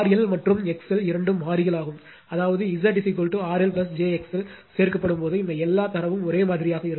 L மற்றும் XL இரண்டும் மாறிகள் ஆகும் அதாவது Z RL j XL சேர்க்கப்படும் போது இந்த எல்லா தரவும் ஒரே மாதிரியாக இருக்கும்